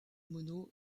monod